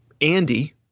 Andy